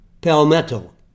palmetto